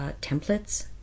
templates